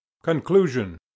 Conclusion